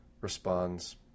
responds